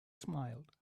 smiled